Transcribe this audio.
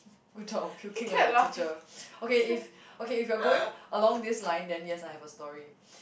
good thought of puking on your teacher okay if okay if you are going along this line then yes I have a story